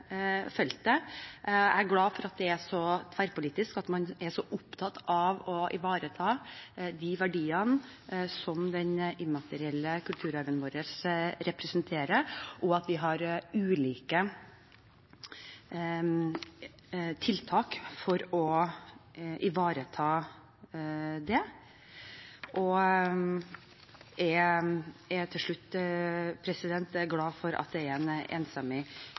feltet. Jeg er glad for at det er så tverrpolitisk, at man er så opptatt av å ivareta de verdiene som den immaterielle kulturarven våre representerer, og at vi har ulike tiltak for å ivareta det. Til slutt: Jeg er glad for at en enstemmig